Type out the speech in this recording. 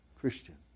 Christian